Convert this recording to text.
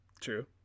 True